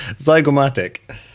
Zygomatic